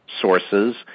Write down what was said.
sources